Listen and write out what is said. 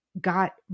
got